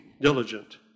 diligent